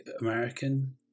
american